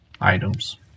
items